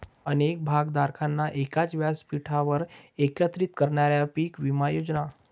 अनेक भागधारकांना एकाच व्यासपीठावर एकत्रित करणाऱ्या पीक विमा योजना